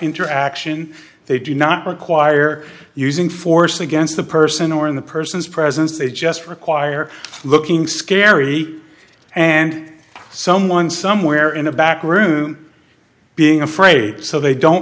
interaction they do not require using force against the person or in the person's presence they just require looking scary and someone somewhere in a back room being afraid so they don't